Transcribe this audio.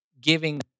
giving